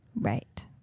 Right